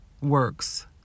works